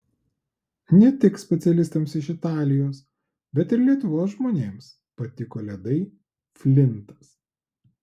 ne tik specialistams iš italijos bet ir lietuvos žmonėms patiko ledai flintas